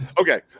Okay